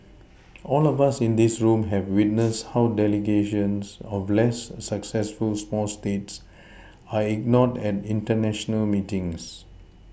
all of us in this room have witnessed how delegations of less successful small States are ignored at international meetings